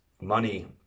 Money